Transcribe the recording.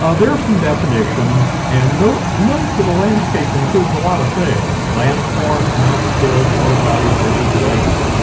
ah there are some definitions, and note note that a landscape includes a lot of things landforms, mountains, hills, water bodies, rivers, lakes,